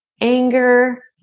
anger